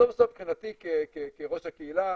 בסוף בסוף מבחינתי כראש הקהילה,